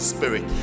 Spirit